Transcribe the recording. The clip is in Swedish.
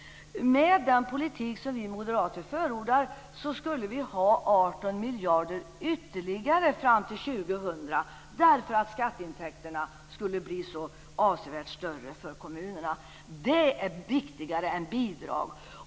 Med den politik som vi moderater förordar skulle det finnas ytterligare 18 miljarder fram till år 2000, därför att skatteintäkterna skulle bli avsevärt högre för kommunerna. Det är viktigare än bidrag.